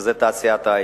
שזה תעשיית ההיי-טק.